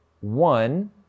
One